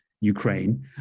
Ukraine